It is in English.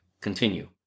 Continue